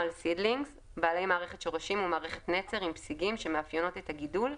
Seedlings) בעלי מערכת שורשים ומערכת נצר עם פסיגים שמאפיינות את הגידול,